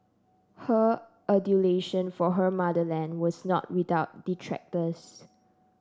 her adulation for her motherland was not without detractors